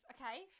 okay